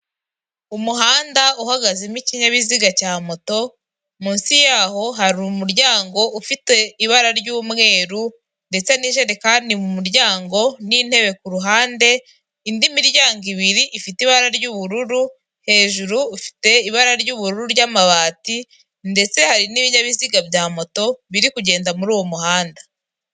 Umuhanda uhagazemo ikinyabiziga cya moto, munsi yaho harimo umuryango ufite ibara ry'umweru, ndetse n'ijerekani mu muryango n'intebe kuruhande, indi miryango ibiri ifite ibara ry'ubururu, hejurufite ibara ry'ubururu ry'amabati, ndetse hari n'ibinyabiziga bya moto, biri kugenda muri uwo muhanda.